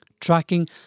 tracking